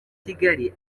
kigali